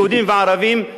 יהודים וערבים,